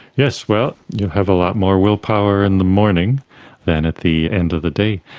yes, well, you'll have a lot more willpower in the morning than at the end of the day.